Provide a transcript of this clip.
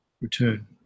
return